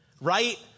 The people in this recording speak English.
Right